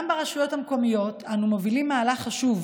גם ברשויות המקומיות אנו מובילים מהלך חשוב